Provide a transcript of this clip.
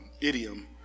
idiom